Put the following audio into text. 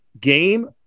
game